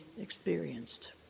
experienced